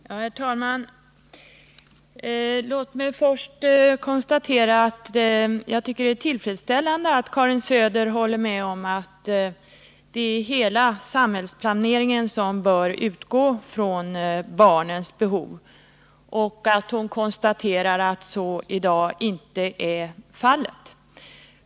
Herr talman! Låt mig först säga att jag tycker det är tillfredsställande att Karin Söder håller med om att hela samhällsplaneringen bör utgå från barnens behov och att hon konstaterar att så ännu inte är fallet.